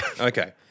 Okay